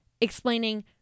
explaining